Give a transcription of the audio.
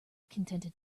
contented